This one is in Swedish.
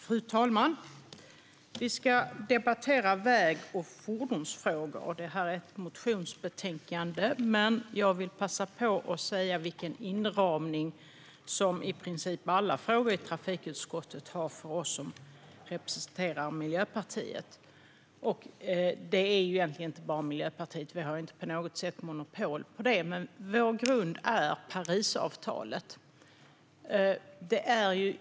Fru talman! Vi ska debattera väg och fordonsfrågor. Det är ett motionsbetänkande, men jag vill passa på att säga vilken inramning som i princip alla frågor i trafikutskottet har för oss som representerar Miljöpartiet. Det är egentligen inte bara Miljöpartiet - vi har inte på något sätt monopol på det - men vår grund är Parisavtalet.